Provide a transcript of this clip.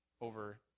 over